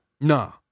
No